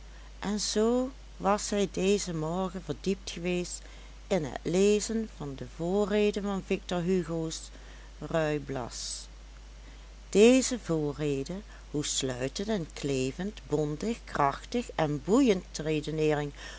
en zoo was hij dezen morgen verdiept geweest in het lezen van de voorrede van victor hugo's ruy blas deze voorrede hoe sluitend en klevend bondig krachtig en boeiend de redeneering